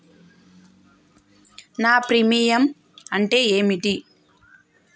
నా ప్రీమియం అంటే ఏమిటి?